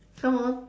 come on